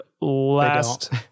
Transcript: last